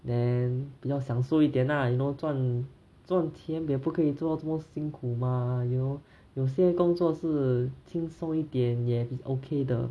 then 比较享受一点啦 you know 赚赚钱也不可以做到这么辛苦吗 you know 有些工作是轻松一点也 is okay 的